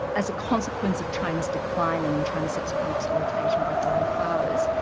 as a consequence of china's decline and china's subsequent exploitation by foreign powers,